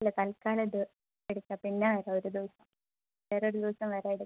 ഇല്ല തൽക്കാലം ഇത് മേടിക്കാം പിന്നെ ഒരു ദിവസം വേറൊരു ദിവസം വരാം എടുക്കാൻ